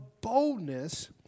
boldness